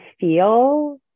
feel